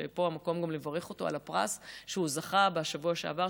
שפה המקום גם לברך אותו על הפרס שהוא זכה בו בשבוע שעבר,